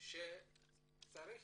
צריך